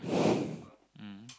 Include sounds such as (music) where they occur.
(breath) mm